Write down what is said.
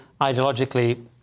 ideologically